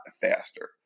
faster